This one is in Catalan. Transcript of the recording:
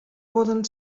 poden